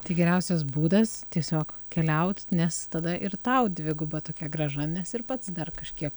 tai geriausias būdas tiesiog keliaut nes tada ir tau dviguba tokia grąža nes ir pats dar kažkiek